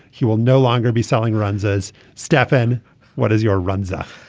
he will no longer be selling runs as stefan what is your runs on